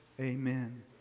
Amen